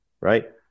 right